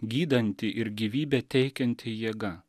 gydanti ir gyvybę teikianti jėga